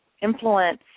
influence